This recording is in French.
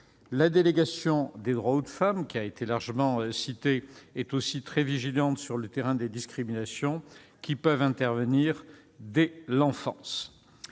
La délégation aux droits des femmes, qui a été largement évoquée, est aussi très vigilante face aux discriminations qui peuvent intervenir dès l'enfance.